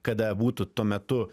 kada būtų tuo metu